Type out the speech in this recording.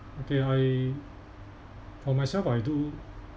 okay I for myself I do